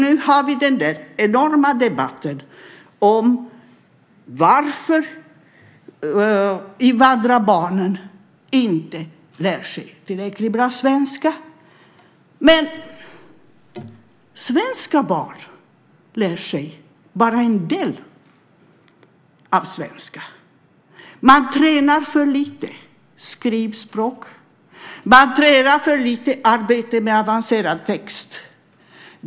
Nu har vi en enorm debatt om varför invandrarbarn inte lär sig tillräckligt bra svenska. Svenska barn lär sig bara en del svenska. Man tränar för lite skrivspråk, man tränar för lite på arbete med avancerad text.